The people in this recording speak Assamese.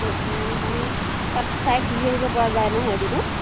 অঁ অঁ মানে তাত চাই ঘূৰি আহিব পৰা যায় ন এদিনত